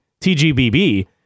TGBB